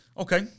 Okay